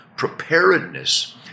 preparedness